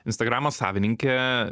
instagramo savininkė